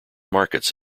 markets